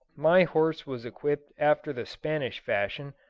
my horse was equipped after the spanish fashion,